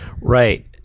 right